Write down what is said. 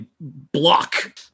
block